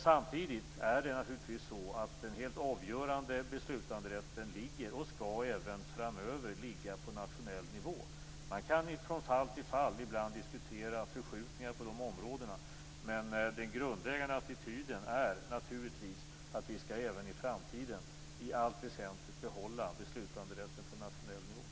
Samtidigt ligger den helt avgörande beslutanderätten - och skall ligga även framöver - på nationell nivå. Man kan från fall till fall ibland diskutera förskjutningar på dessa områden, men den grundläggande attityden är naturligtvis att vi även i framtiden i allt väsentligt skall behålla beslutanderätten på nationell nivå.